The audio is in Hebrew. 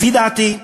לפי דעתי,